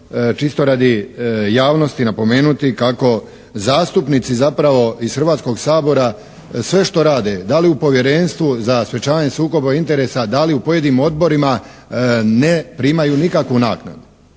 čisto radi javnosti napomenuti kako zastupnici zapravo iz Hrvatskog sabora sve što rade da li u Povjerenstvu za sprečavanje sukoba interesa, da li u pojedinim odborima ne primaju nikakvu naknadu.